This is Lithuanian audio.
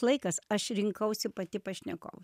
laikas aš rinkausi pati pašnekovus